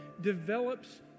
develops